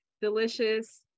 delicious